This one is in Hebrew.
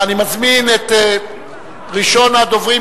אני מזמין את ראשון הדוברים,